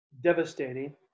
devastating